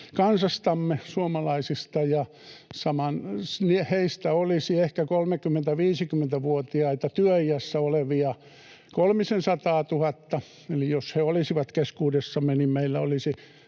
kansastamme, suomalaisista. Heistä olisi 30—50-vuotiaita työiässä olevia ehkä 300 000, eli jos he olisivat keskuudessamme, niin meillä ei olisi